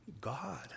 God